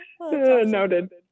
Noted